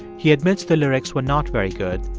he admits the lyrics were not very good,